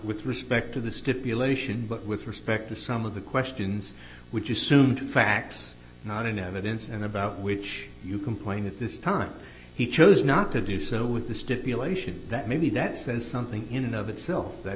with respect to the stipulation but with respect to some of the questions which you soon to facts not in evidence and about which you complain at this time he chose not to do so with the stipulation that maybe that says something in and of itself that